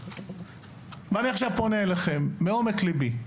אני פונה אליכם עכשיו מעומק ליבי,